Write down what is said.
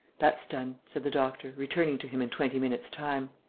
that's done, said the doctor, returning to him in twenty minutes' time.